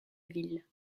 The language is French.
ville